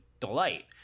delight